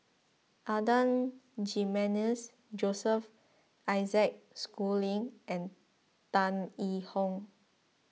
Adan Jimenez Joseph Isaac Schooling and Tan Yee Hong